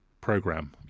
program